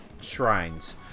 shrines